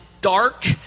dark